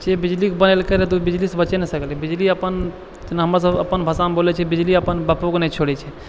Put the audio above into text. जे बिजलीके बनेलकै रऽ तऽ ओ बिजलीसँ बचिये ने सकलै हमर सब अपन भाषामे बजै छियै बिजली अपना बापोके ने छोड़ै छै